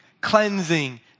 cleansing